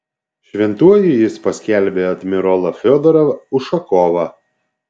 šventuoju ji paskelbė admirolą fiodorą ušakovą